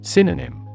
Synonym